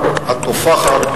התופחת,